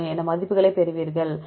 63 என மதிப்புகளைப் பெறுவீர்கள்